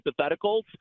hypotheticals